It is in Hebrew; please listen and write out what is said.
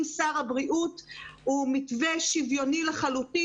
שר הבריאות הוא מתווה שוויוני לחלוטין.